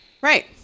right